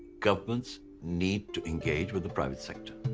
governments need to engage with the private sector.